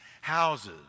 houses